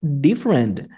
different